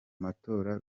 matora